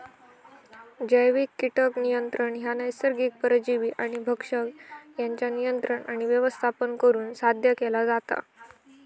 जैविक कीटक नियंत्रण ह्या नैसर्गिक परजीवी आणि भक्षक यांच्या नियंत्रण आणि व्यवस्थापन करुन साध्य केला जाता